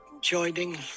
Joining